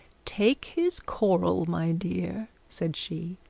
take his coral, my dear said she,